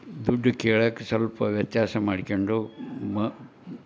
ದುಡ್ಡು ಕೇಳಕೆ ಸ್ವಲ್ಪ ವ್ಯತ್ಯಾಸ ಮಾಡ್ಕೊಂಡು ಮ